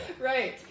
Right